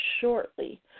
shortly